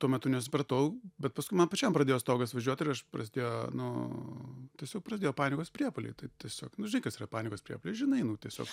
tuo metu nesupratau bet paskui man pačiam pradėjo stogas važiuot ir aš prasidėjo nu tiesiog prasidėjo panikos priepuoliai tai tiesiog nu žinai kas yra panikos priepuolis žinai nu tiesiog